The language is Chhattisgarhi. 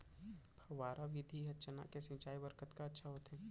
फव्वारा विधि ह चना के सिंचाई बर कतका अच्छा होथे?